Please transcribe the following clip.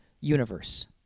universe